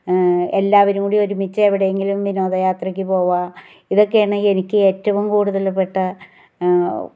എല്ലാവരും കൂടി ഒരുമിച്ച് എവിടെ എങ്കിലും വിനോദ യാത്രയ്ക്ക് പോവുക ഇതൊക്കെയണ് എനിക്ക് ഏറ്റവും കൂട്തൽ പെട്ട